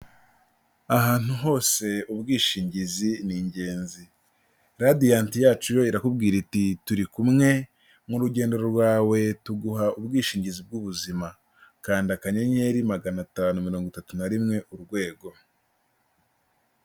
Ahantu hose ubwishingizi ni ingenzi, Radiyanti yacu yo irakubwira iti, turi kumwe mu rugendo rwawe, tuguha ubwishingizi bw'ubuzima, kanda akanyenyeri magana atanu mirongo itatu na rimwe, urwego.